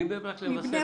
מבני ברק למבשרת?